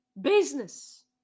business